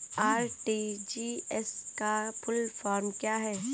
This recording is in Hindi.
आर.टी.जी.एस का फुल फॉर्म क्या है?